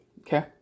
Okay